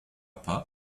pas